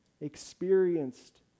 experienced